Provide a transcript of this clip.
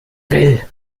will